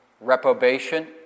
reprobation